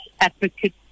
advocate